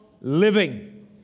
living